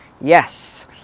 Yes